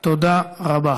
תודה רבה.